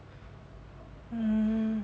um